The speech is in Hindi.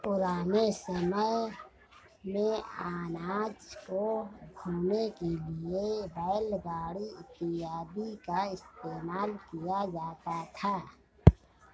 पुराने समय मेंअनाज को ढोने के लिए बैलगाड़ी इत्यादि का इस्तेमाल किया जाता था